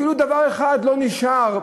אפילו דבר אחד לא נשאר,